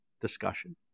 discussion